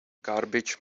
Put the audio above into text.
garbage